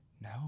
no